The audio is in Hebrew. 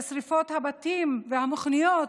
לשרפות הבתים והמכוניות,